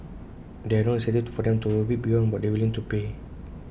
there are no incentives for them to overbid beyond what they are willing to pay